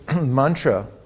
mantra